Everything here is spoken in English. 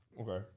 Okay